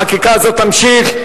החקיקה הזאת תימשך,